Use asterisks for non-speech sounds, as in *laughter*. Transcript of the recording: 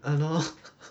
I don't know *laughs*